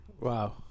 Wow